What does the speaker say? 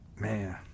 Man